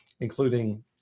including